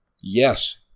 Yes